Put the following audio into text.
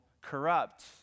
corrupt